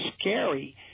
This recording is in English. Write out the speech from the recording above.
scary